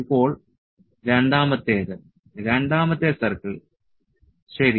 ഇപ്പോൾ രണ്ടാമത്തേത് രണ്ടാമത്തെ സർക്കിൾ ശരി